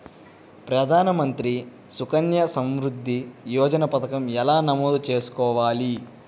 ప్రధాన మంత్రి సుకన్య సంవృద్ధి యోజన పథకం ఎలా నమోదు చేసుకోవాలీ?